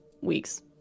weeks